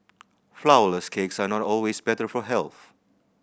flourless cakes are not always better for health